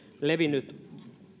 levinnyt